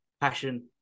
passion